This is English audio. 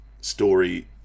story